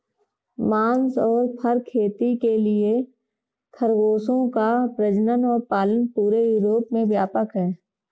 मांस और फर खेती के लिए खरगोशों का प्रजनन और पालन पूरे यूरोप में व्यापक है